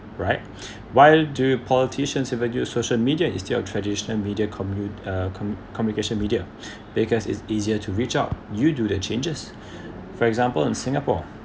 right why do politicians even use social media instead of traditional media commu~ uh commu~ communication media because it's easier to reach out you do the changes for example in singapore